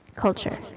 Culture